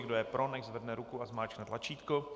Kdo je pro, ať zvedne ruku a zmáčkne tlačítko.